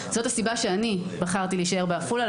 זאת הסיבה שאני בחרתי להישאר בעפולה,